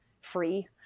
free